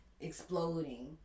exploding